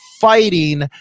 fighting